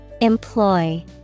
Employ